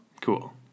Cool